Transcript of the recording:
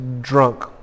drunk